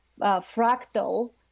fractal